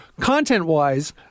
content-wise